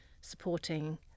supporting